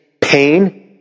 pain